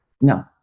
no